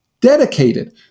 dedicated